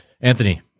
Anthony